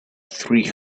three